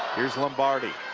here's lombardi